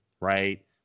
right